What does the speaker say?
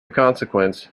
consequence